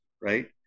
right